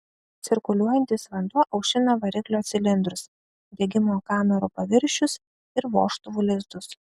cirkuliuojantis vanduo aušina variklio cilindrus degimo kamerų paviršius ir vožtuvų lizdus